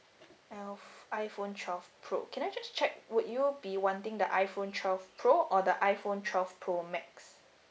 iPhone twelve pro can I just check would you be wanting the iPhone twelve pro or the iPhone twelve pro max